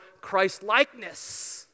Christ-likeness